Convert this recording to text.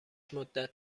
مدت